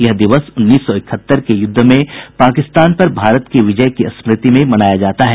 यह दिवस उन्नीस सौ इकहत्तर के युद्ध में पाकिस्तान पर भारत की विजय की स्मृति में मनाया जाता है